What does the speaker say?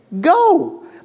go